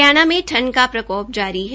हरियाणा में ठंड का प्रकोप जारी है